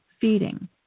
feeding